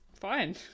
fine